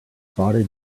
spotted